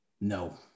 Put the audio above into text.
No